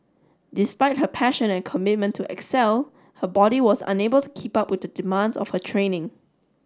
despite her passion and commitment to excel her body was unable to keep up with the demands of her training